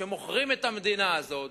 שמוכרים את המדינה הזאת,